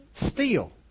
steal